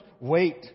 wait